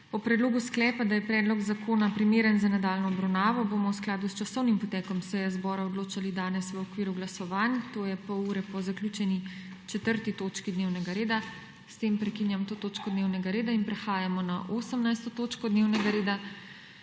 O predlogu sklepa, da je predlog zakona primeren za nadaljnjo obravnavo bomo v skladu z časovnim potekom seje zbora odločali danes v okviru glasovanj to je pol ure po zaključeni 4. točki dnevnega reda. S tem prekinjam to točko dnevnega reda. Prehajamo na 18. TOČKO DNEVNEGA REDA